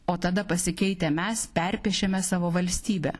o tada pasikeitę mes perpiešiame savo valstybę